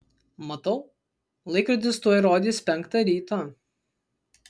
matau laikrodis tuoj rodys penktą ryto